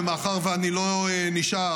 ומאחר שאני לא נשאר,